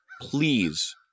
Please